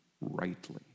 rightly